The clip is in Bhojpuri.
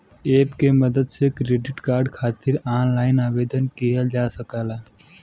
एप के मदद से क्रेडिट कार्ड खातिर ऑनलाइन आवेदन किहल जा सकला